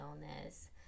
illness